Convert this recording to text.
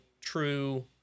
true